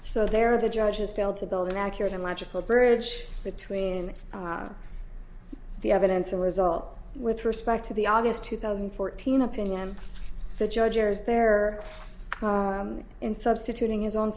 so there the judge has failed to build an accurate and logical bridge between the evidence and result with respect to the august two thousand and fourteen opinion the judge is there in substituting his own